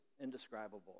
indescribable